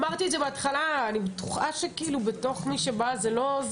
אמרתי את זה בהתחלה: אני בטוחה שבתוך מי שבא זה לא,